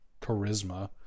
charisma